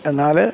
എന്നാൽ